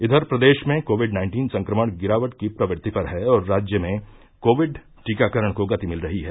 इधर प्रदेश में कोविड नाइन्टीन संक्रमण गिरावट की प्रवृत्ति पर है और राज्य में कोविड टीकाकरण को गति मिल रही है